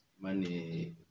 money